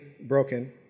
broken